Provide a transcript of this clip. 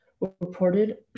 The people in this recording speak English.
reported